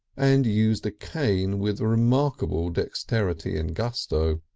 and used a cane with remarkable dexterity and gusto.